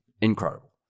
Incredible